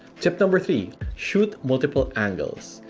tip number three shoot multiple angles.